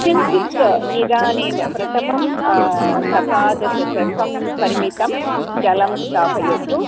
किञ्चित् निधानेन प्रथमं सपादचषकं परिमितं जलं स्थापयतु